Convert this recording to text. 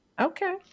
Okay